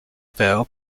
feral